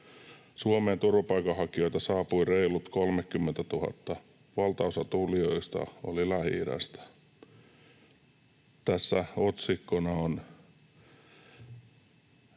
Suomeen turvapaikanhakijoita saapui reilut 30 000, valtaosa tulijoista oli Lähi-idästä.” Tässä otsikkona on